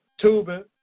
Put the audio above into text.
tubing